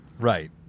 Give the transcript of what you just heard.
Right